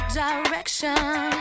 direction